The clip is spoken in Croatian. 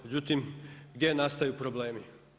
Međutim, gdje nastaju problemi?